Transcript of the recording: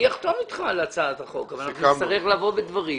אני אחתום אתך על הצעת החוק אבל נצטרך לבוא בדברים